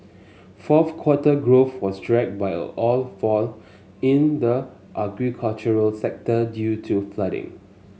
fourth quarter growth was dragged by all fall in the agricultural sector due to flooding